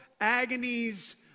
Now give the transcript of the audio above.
agonies